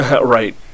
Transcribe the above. Right